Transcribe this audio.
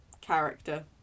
character